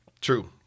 true